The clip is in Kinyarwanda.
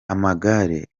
amagare